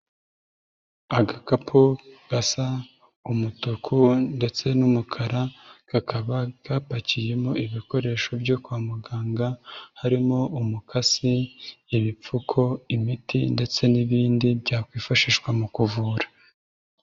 Agakapu gasa umutuku ndetse n'umukara kakaba gapakiyemo ibikoresho byo kwa muganga harimo: umukasi, ibipfuko, imiti ndetse n'ibindi byakwifashishwa mu kuvura.